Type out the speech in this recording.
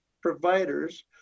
providers